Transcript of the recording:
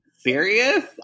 Serious